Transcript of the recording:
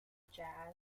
jazz